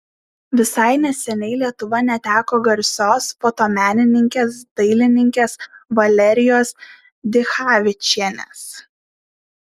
visai neseniai lietuva neteko garsios fotomenininkės dailininkės valerijos dichavičienės